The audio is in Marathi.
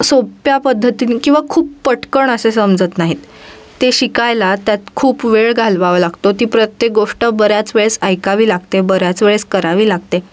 सोप्या पद्धतीने किंवा खूप पटकन असे समजत नाहीत ते शिकायला त्यात खूप वेळ घालवावा लागतो ती प्रत्येक गोष्ट बऱ्याच वेळेस ऐकावी लागते बऱ्याच वेळेस करावी लागते